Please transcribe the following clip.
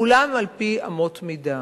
כולם על-פי אמות מידה.